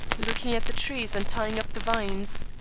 looking at the trees and tying up the vines.